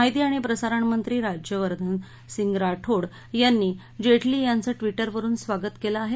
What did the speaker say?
माहिती आणि प्रसारणमंत्री राज्यवर्धन सिंह राठोड यांनी जेटली यांचं ट्विटरवरून स्वागत केलं आहे